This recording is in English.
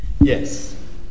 Yes